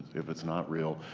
if it's not real,